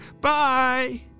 Bye